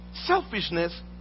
Selfishness